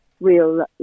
real